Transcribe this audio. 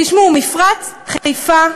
תשמעו, מפרץ חיפה,